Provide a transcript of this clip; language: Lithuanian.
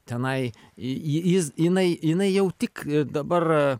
tenai ji jis jinai jinai jau tik dabar